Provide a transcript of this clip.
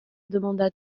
demanda